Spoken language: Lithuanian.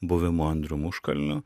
buvimo andrium užkalniu